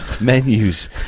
menus